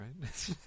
right